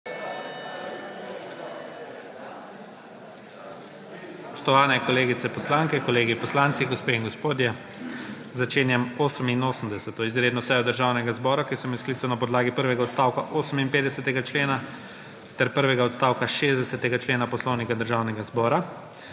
Spoštovane kolegice poslanke, kolegi poslanci, gospe in gospodje! Začenjam 88. izredno sejo Državnega zbora, ki sem jo sklical na podlagi prvega odstavka 58. člena ter prvega odstavka 60. člena Poslovnika Državnega zbora.